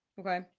Okay